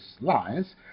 lines